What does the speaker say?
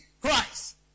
Christ